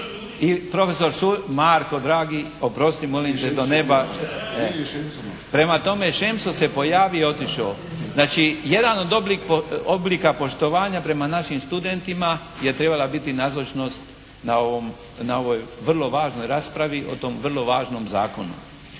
da taj, Marko dragi oprosti molim te do neba. Prema tome Šemso se pojavio i otišao. Znači jedan od oblika poštovanja prema našim studentima je trebala biti nazočnost na ovoj vrlo važnoj raspravi o tom vrlo važnom zakonu.